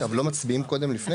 לא מצביעים קודם לפני?